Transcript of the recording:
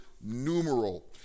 numeral